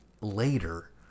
later